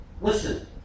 Listen